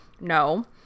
No